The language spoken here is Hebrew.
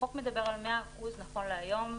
החוק מדבר על 100% נכון להיום,